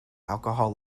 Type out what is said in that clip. alcohol